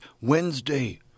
Wednesday